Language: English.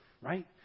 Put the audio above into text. right